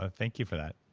ah thank you for that.